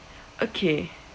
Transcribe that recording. okay